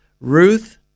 Ruth